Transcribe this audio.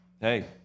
hey